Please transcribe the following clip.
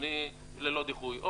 ללא דיחוי אומר